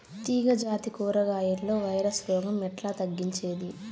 తీగ జాతి కూరగాయల్లో వైరస్ రోగం ఎట్లా తగ్గించేది?